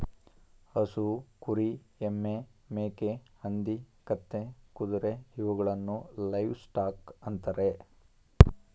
ಹಸು, ಕುರಿ, ಎಮ್ಮೆ, ಮೇಕೆ, ಹಂದಿ, ಕತ್ತೆ, ಕುದುರೆ ಇವುಗಳನ್ನು ಲೈವ್ ಸ್ಟಾಕ್ ಅಂತರೆ